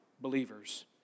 believers